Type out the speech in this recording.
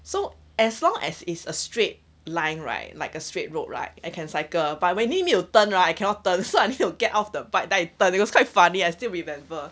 so as long as it's a straight line right like a straight road right I can cycle but you need me to turn right I cannot turn so I need to get off the bike then I turn it was quite funny I still remember